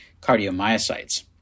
cardiomyocytes